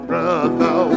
Brother